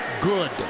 good